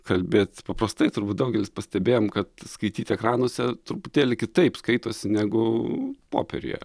kalbėt paprastai turbūt daugelis pastebėjom kad skaityt ekranuose truputėlį kitaip skaitosi negu popieriuje